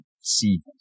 see